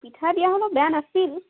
পিঠা দিয়া হ'লেও বেয়া নাছিল